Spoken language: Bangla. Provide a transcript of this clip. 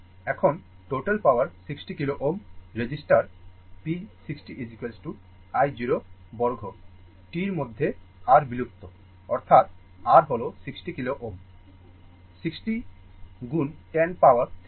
এখন total power 60 kilo Ω resistor P 60 i 0 বর্গ t মধ্যে R বিলুপ্ত অর্থাৎ R হল 60 kilo Ω 60 গুণ 10 পাওয়ার 3